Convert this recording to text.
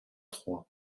trois